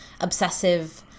obsessive